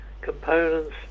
components